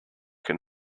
can